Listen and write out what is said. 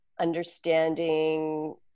understanding